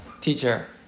teacher